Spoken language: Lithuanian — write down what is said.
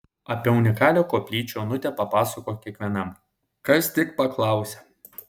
apie unikalią koplyčią onutė papasakoja kiekvienam kas tik paklausia